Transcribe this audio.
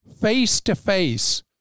face-to-face